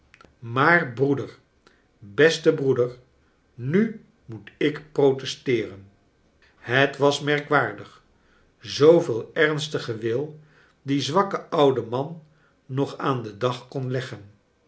maar brooder beste brooder nu moet ik protesteeren het was merkwaardig zooveel ernstigen wil die zwakke oude man nog aan den dag kon leggen